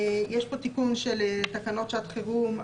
יש כאן תיקון של תקנות שעת חירום,